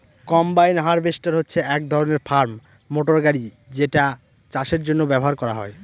combine harvester হচ্ছে এক ধরনের ফার্ম মটর গাড়ি যেটা চাষের জন্য ব্যবহার করা হয়